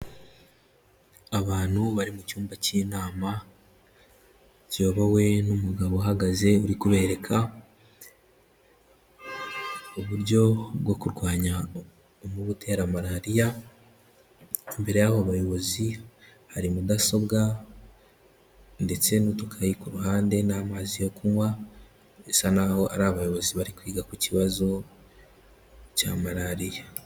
Abantu bari mu cyumba cy'inama kiyobowe n'umugabo uhagaze uri kubereka uburyo bwo kurwanya umubu utera malariya, imbere y'abo bayobozi hari mudasobwa ndetse n'udukayi ku ruhande n'amazi yo kunywa bisa naho ari abayobozi bari kwiga ku kibazo cya malariya.